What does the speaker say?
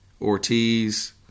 Ortiz